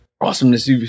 Awesomeness